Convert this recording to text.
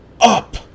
up